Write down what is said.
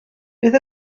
fydd